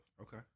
Okay